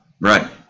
Right